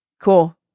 cool